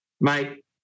Mate